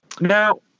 Now